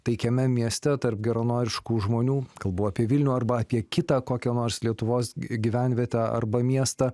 taikiame mieste tarp geranoriškų žmonių kalbų apie vilnių arba apie kitą kokį nors lietuvos gyvenvietę arba miestą